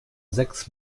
sechs